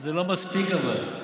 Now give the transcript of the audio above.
זה לא מספיק, אבל.